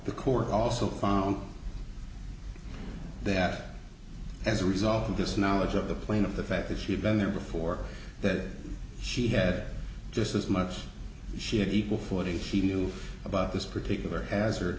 the court also found that as a result of this knowledge of the plane of the fact that she had been there before that she had just as much she had equal footing she knew about this particular hazard